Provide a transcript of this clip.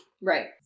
Right